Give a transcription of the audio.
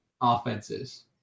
offenses